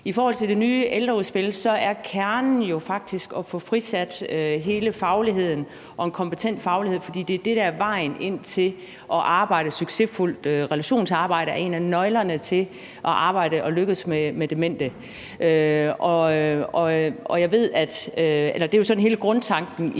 imod. I det nye ældreudspil er kernen jo faktisk at få frisat hele fagligheden og en kompetent faglighed, for det er det, der er vejen ind til at arbejde succesfuldt. Relationsarbejde er en af nøglerne til at arbejde og lykkes med demente. Det er jo sådan hele grundtanken i